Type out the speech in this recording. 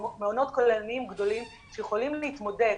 מעונות כוללניים גדולים שיכולים להתמודד